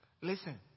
Listen